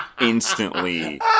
Instantly